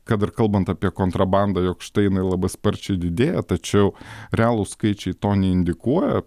kad ir kalbant apie kontrabandą jog štai jinai labai sparčiai didėja tačiau realūs skaičiai to neindikuoja